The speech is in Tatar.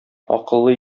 акыллы